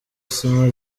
sima